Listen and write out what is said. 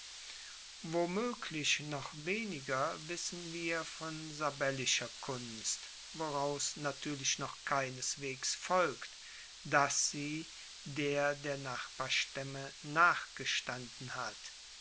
womoeglich noch weniger wissen wir von sabellischer kunst woraus natuerlich noch keineswegs folgt dass sie der der nachbarstaemme nachgestanden hat